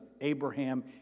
Abraham